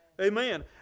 amen